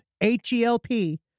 H-E-L-P